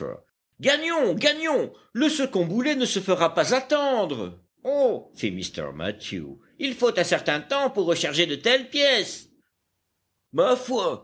gagnons gagnons le second boulet ne se fera pas attendre oh fit mr mathew il faut un certain temps pour recharger de telles pièces ma foi